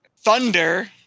thunder